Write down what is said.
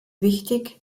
wichtig